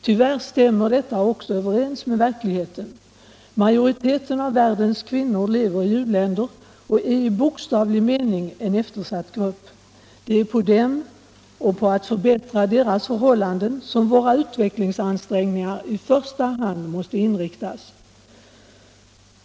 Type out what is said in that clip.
Tyvärr stämmer detta också överens med verkligheten. Majoriteten av världens kvinnor lever i u-länder och är i bokstavlig mening en cftersatt grupp. Det är på dem och på att förbättra deras förhållanden som våra utvecklingsansträngningar i första hand måste inriktas.